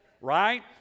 right